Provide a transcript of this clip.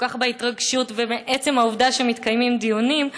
כך בהתרגשות מעצם העובדה שמתקיימים דיונים,